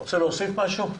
אתה רוצה להוסיף משהו?